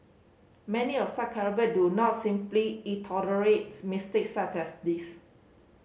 many of such calibre do not simply it mistakes such as this